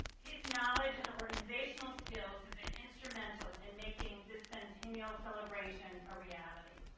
his knowledge and organizational skills have been instrumental in making this centennial celebration a reality.